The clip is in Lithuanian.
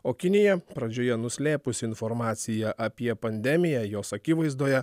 o kinija pradžioje nuslėpusi informaciją apie pandemiją jos akivaizdoje